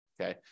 okay